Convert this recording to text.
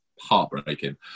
heartbreaking